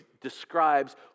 describes